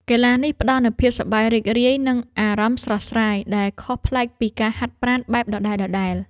កីឡានេះផ្ដល់នូវភាពសប្បាយរីករាយ និងអារម្មណ៍ស្រស់ស្រាយ ដែលខុសប្លែកពីការហាត់ប្រាណបែបដដែលៗ។